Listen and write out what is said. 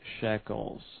shekels